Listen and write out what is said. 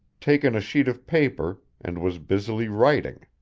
taken a sheet of paper and was busily writing.